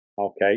Okay